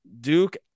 Duke